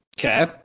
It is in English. Okay